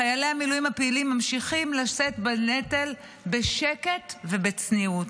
חיילי המילואים הפעילים ממשיכים לשאת בנטל בשקט ובצניעות.